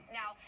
now